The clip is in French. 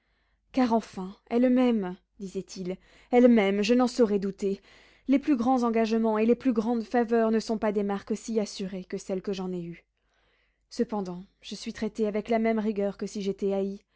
car enfin elle m'aime disait-il elle m'aime je n'en saurais douter les plus grands engagements et les plus grandes faveurs ne sont pas des marques si assurées que celles que j'en ai eues cependant je suis traité avec la même rigueur que si j'étais